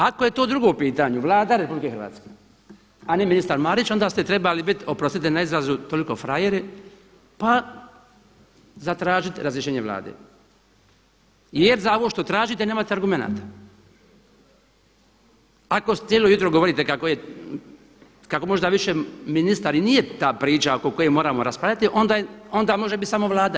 Ako je to drugo u pitanju Vlada RH, a ne ministar Marić onda ste trebali biti, oprostite na izrazu, toliko frajeri pa zatražiti razrješenje Vlade jer za ovo što tražite nemate argumenata, ako cijelo jutro govorite kako možda više ministar i nije ta priča oko koje moramo raspravljati onda može biti samo Vlada.